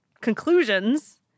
conclusions